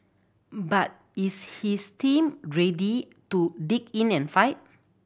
but is his team ready to dig in and fight